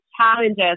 challenges